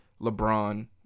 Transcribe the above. LeBron